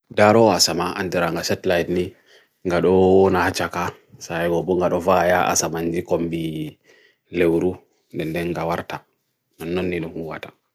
Darwa asama antiranga setlite ni nga do na hachaka Saye gobo nga do faya asama nji kombi lewru Nende nga wartak Nganon ni nungu wartak